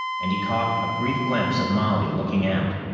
and he caught a brief glimpse of molly looking out.